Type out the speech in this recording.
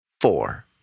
four